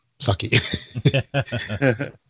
sucky